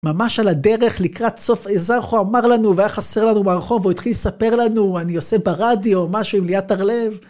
ממש על הדרך לקראת סוף אמר לנו והיה חסר לנו מהרחוב והוא התחיל לספר לנו אני עושה ברדיו או משהו עם ליאת הרלב.